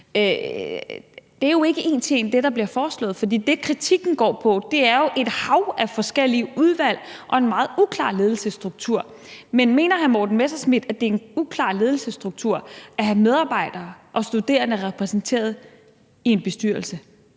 – er jo ikke en til en det, der bliver foreslået. For det, kritikken går på, er jo et hav af forskellige udvalg og en meget uklar ledelsesstruktur. Men mener hr. Morten Messerschmidt, at det er en uklar ledelsesstruktur at have medarbejdere og studerende repræsenteret i en bestyrelse?